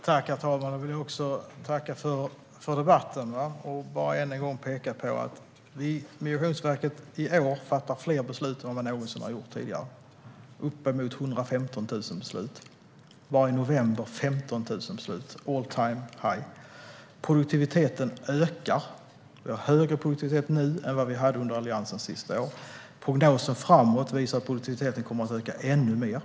Herr talman! Jag vill också tacka för debatten och än en gång peka på att Migrationsverket i år fattar fler beslut än man någonsin har gjort tidigare, uppemot 115 000 beslut. Bara i november har man fattat 15 000 beslut - all-time-high. Produktiviteten ökar. Produktiviteten är högre nu än vad den var under Alliansens sista år. Prognosen framöver visar att produktiviteten kommer att öka ännu mer.